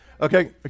Okay